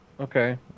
Okay